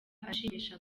ashimisha